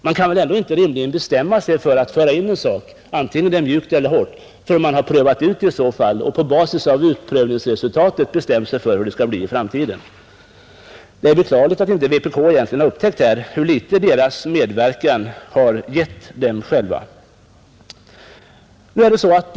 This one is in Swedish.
Man kan väl inte rimligen bestämma sig för att föra in ett system förrän man har prövat ut det och på basis av försöksresultatet kan bestämma hur det skall bli i framtiden. Det är beklagligt att inte vpk-representanterna har upptäckt hur litet deras medverkan egentligen har gett dem själva.